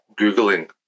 Googling